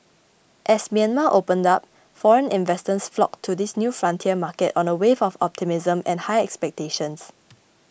as Myanmar opened up foreign investors flocked to the new frontier market on a wave of optimism and high expectations